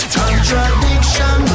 contradiction